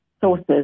sources